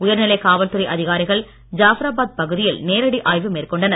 உயர்நிலை காவல்துறை அதிகாரிகள் ஜப்ராபாத் பகுதியில் நேரடி ஆய்வு மேற்கொண்டனர்